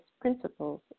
principles